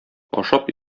ашап